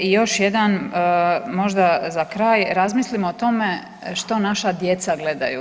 I još jedan možda za kraj, razmislimo o tome što naša djeca gledaju.